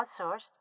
outsourced